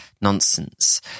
nonsense